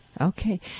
Okay